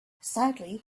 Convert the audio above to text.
sadly